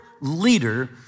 leader